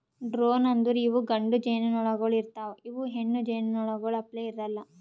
drone ಅಂದುರ್ ಇವು ಗಂಡು ಜೇನುನೊಣಗೊಳ್ ಇರ್ತಾವ್ ಇವು ಹೆಣ್ಣು ಜೇನುನೊಣಗೊಳ್ ಅಪ್ಲೇ ಇರಲ್ಲಾ